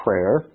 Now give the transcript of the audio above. Prayer